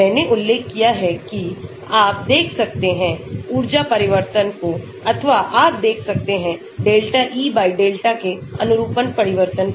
मैने उल्लेख किया है कि आप देख सकते हैं ऊर्जा परिवर्तन को अथवा आप देख सकते हैं delta edelta के अनुरूपण परिवर्तन को